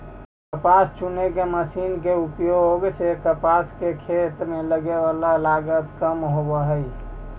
कपास चुने के मशीन के उपयोग से कपास के खेत में लगवे वाला लगत कम होवऽ हई